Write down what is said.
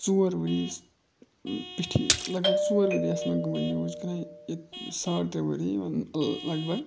ژور ؤری پیٚٹھی لگ بگ ژور ؤری آسہٕ مےٚ گٔمٕتۍ یوٗز کران ییٚتہِ ساڑ ترٛےٚ ؤری یِون لگ بگ